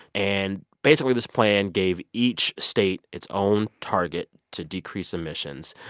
and, basically, this plan gave each state its own target to decrease emissions.